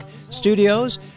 Studios